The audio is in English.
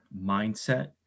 mindset